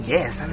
Yes